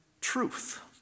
truth